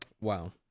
Wow